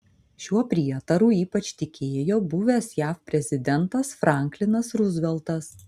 šiuo prietaru ypač tikėjo buvęs jav prezidentas franklinas ruzveltas